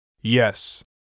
Yes